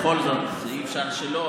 בכל זאת אי-אפשר שלא,